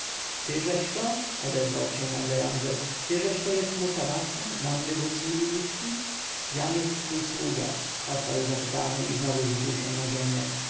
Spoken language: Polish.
nagle odezwał się ramzes tyżeś to jest musawasa mądry wódz libijski jam jest twój sługa odparł zapytany i znowu rzucił się na ziemię